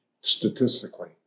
statistically